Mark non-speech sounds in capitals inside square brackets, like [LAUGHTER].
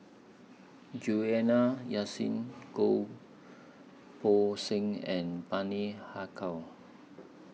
Juliana Yasin Goh [NOISE] Poh Seng and Bani Haykal